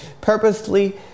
purposely